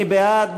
מי בעד?